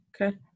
okay